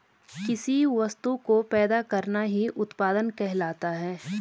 किसी वस्तु को पैदा करना ही उत्पादन कहलाता है